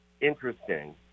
interesting